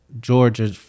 georgia